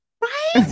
right